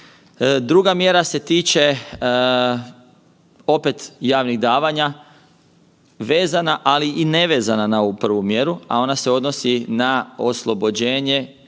Druga mjera se tiče opet javnih davanja, vezana, ali i nevezana na ovu prvu mjeru, a ona se odnosi na oslobođenje